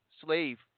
slave